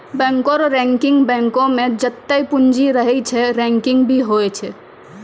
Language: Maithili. बैंको रो रैंकिंग बैंको मे जत्तै पूंजी रहै छै रैंकिंग भी होय छै